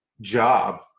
job